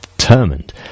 Determined